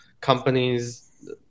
companies